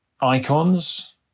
icons